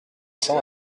cents